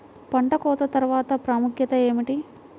పంట కోత తర్వాత ప్రాముఖ్యత ఏమిటీ?